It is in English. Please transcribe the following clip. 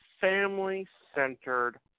family-centered